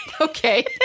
Okay